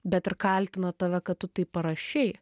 bet ir kaltina tave kad tu taip parašei